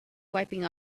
wiping